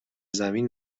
زمین